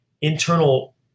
internal